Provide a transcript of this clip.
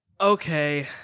Okay